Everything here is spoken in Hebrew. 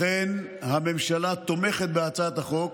לכן, הממשלה תומכת בהצעת החוק,